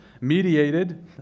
mediated